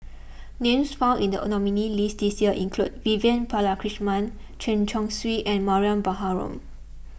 names found in the nominees' list this year include Vivian Balakrishnan Chen Chong Swee and Mariam Baharom